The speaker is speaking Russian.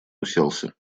уселся